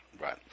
right